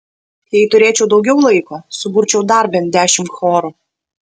jei turėčiau daugiau laiko suburčiau dar bent dešimt chorų